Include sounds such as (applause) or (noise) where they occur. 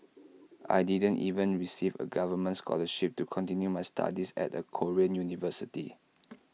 (noise) I didn't even receive A government scholarship to continue my studies at A Korean university